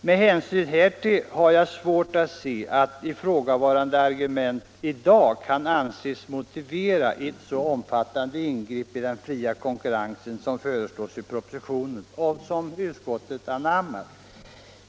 Med hänsyn härtill har jag svårt att se att ifrågavarande argument i dag kan anses motivera ett så omfattande ingripande i den fria konkurrensen som föreslås i propositionen och som utskottet anammar.